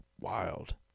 wild